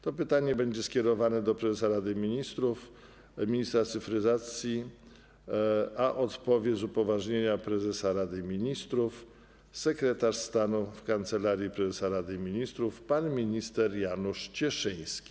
To pytanie będzie skierowane do prezesa Rady Ministrów, ministra cyfryzacji, a odpowie z upoważnienia prezesa Rady Ministrów sekretarz stanu w Kancelarii Prezesa Rady Ministrów pan minister Janusz Cieszyński.